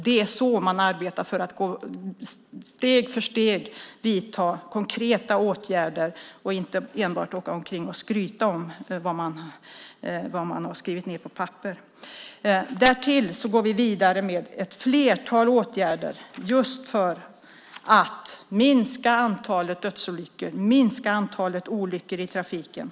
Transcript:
Det är så man arbetar: Steg för steg vidtar man konkreta åtgärder. Man åker inte bara omkring och skryter om vad man har skrivit ned på papper. Därtill går vi vidare med ett flertal åtgärder för att minska antalet dödsolyckor och olyckor i trafiken.